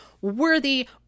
worthy